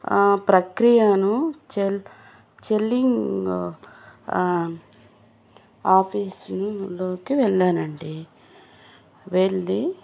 ప్రక్రియను చెల్ చెల్లిం ఆఫీసు లోకి వెళ్ళానండి వెళ్ళి